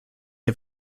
ihr